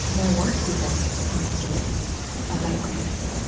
there weren't people telling stories about grief,